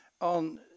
on